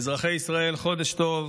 אזרחי ישראל, חודש טוב.